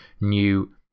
new